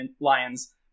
lions